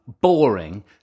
boring